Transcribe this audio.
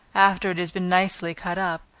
after it has been nicely cut up.